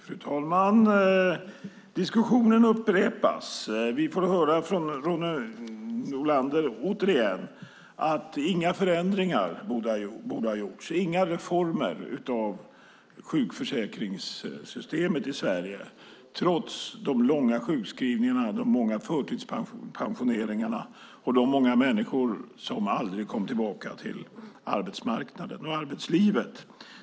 Fru talman! Diskussionen upprepas. Vi får återigen höra från Ronny Olander att inga förändringar och inga reformer av sjukförsäkringssystemet borde ha gjorts i Sverige, trots de långa sjukskrivningarna, de många förtidspensioneringarna och de många människor som aldrig kom tillbaka till arbetsmarknaden och arbetslivet.